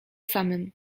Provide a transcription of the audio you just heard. samym